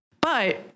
But-